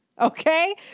okay